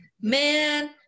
man